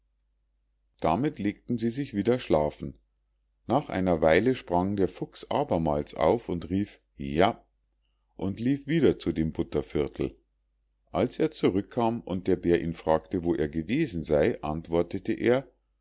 damit legten sie sich wieder schlafen nach einer weile sprang der fuchs abermals auf und rief ja und lief wieder zu dem butterviertel als er zurückkam und der bär ihn fragte wo er gewesen sei antwortete er